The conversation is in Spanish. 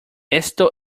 esto